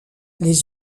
les